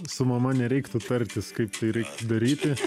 su mama nereiktų tartis kaip tai reiktų daryti